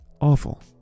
awful